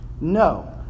No